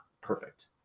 perfect